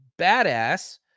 badass